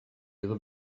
ihre